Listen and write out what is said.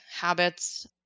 habits